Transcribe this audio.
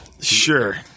sure